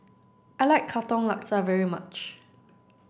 I like Katong Laksa very much